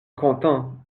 content